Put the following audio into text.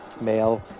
male